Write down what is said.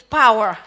power